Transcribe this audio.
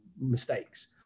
mistakes